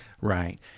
Right